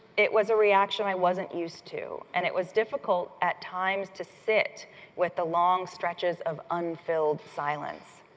it was a reaction i wasn't used to, and it was difficult at times to sit with the long stretches of unfilled silence.